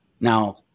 Now